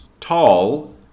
tall